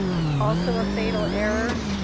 it's also a fatal error.